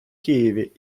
києві